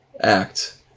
act